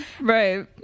Right